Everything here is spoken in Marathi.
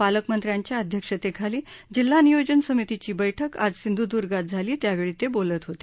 पालकमंत्र्यांच्या अध्यक्षतेखाली जिल्हा नियोजन समितीची बैठक आज सिंधुद्गांत झाली त्यावेळी ते बोलत होते